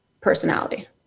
personality